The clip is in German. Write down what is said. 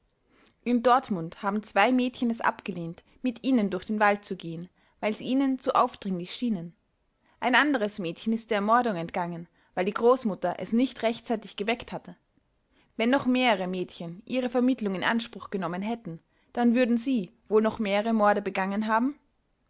in dortmund haben zwei mädchen es abgelehnt mit ihnen durch den wald zu gehen weil sie ihnen zu aufdringlich schienen ein anderes mädchen ist der ermordung entgangen weil die großmutter es nicht rechtzeitig geweckt hatte wenn noch mehrere mädchen ihre vermittelung in anspruch genommen hätten dann würden sie wohl noch mehrere morde begangen haben